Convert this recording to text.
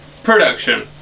Production